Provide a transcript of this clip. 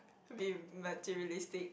be materialistic